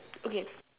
okay